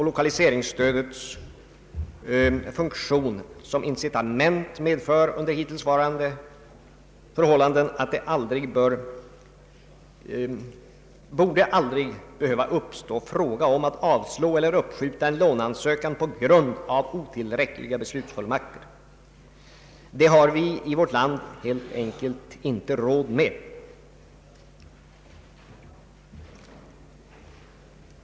Lokaliseringsstödets funktion som incitament gör att det aldrig bör uppstå fråga om att avslå eller uppskjuta behandlingen av en låneansökan på grund av otillräckliga beslutsfullmakter. Det har vi i vårt land helt enkelt inte råd med.